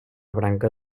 branca